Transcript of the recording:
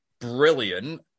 brilliant